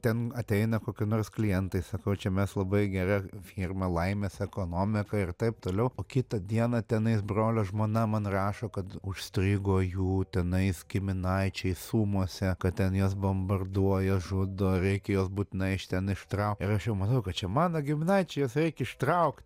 ten ateina koki nors klientai sakau čia mes labai gera firma laimės ekonomika ir taip toliau o kitą dieną tenais brolio žmona man rašo kad užstrigo jų tenais giminaičiai sumuose kad ten juos bombarduoja žudo reikia juos būtinai iš ten ištrau ir aš jau manau kad čia mano giminaičiai juos reik ištraukt